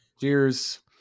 Cheers